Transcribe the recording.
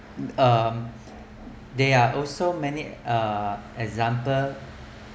um there are also many uh example